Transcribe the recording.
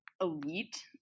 elite